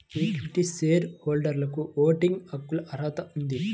equity share హోల్డర్లకుఓటింగ్ హక్కులకుఅర్హత ఉంది